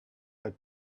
had